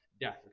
death